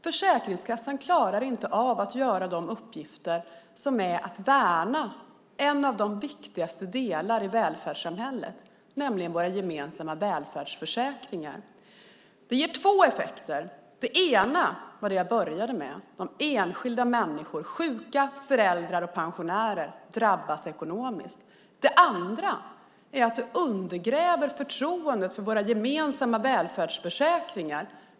Försäkringskassan klarar inte av att värna en av de viktigaste delarna i välfärdssamhället, nämligen våra gemensamma välfärdsförsäkringar. Det ger två effekter. Den ena är den jag började med, nämligen att de enskilda människorna, sjuka, föräldrar och pensionärer, drabbas ekonomiskt. Den andra är att det undergräver förtroendet för våra gemensamma välfärdsförsäkringar.